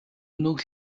өнөөх